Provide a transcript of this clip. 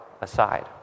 aside